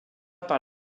par